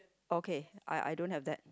okay I I don't have that